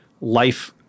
life